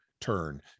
turn